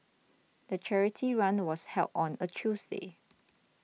the charity run was held on a Tuesday